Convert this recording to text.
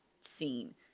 scene